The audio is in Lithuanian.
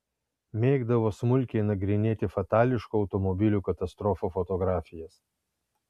mėgdavo smulkiai nagrinėti fatališkų automobilių katastrofų fotografijas